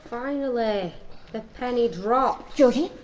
finally! the penny drops! georgie?